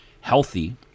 Healthy